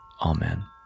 Amen